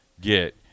get